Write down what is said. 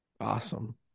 Awesome